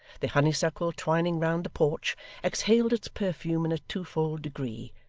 the honeysuckle twining round the porch exhaled its perfume in a twofold degree,